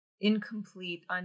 incomplete